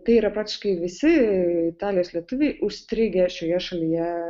tai yra praktiškai visi italijos lietuviai užstrigę šioje šalyje